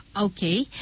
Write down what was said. okay